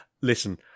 listen